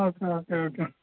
okay okay okay